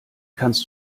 kannst